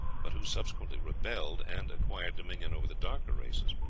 but who subsequently rebelled, and acquired dominion over the darker races.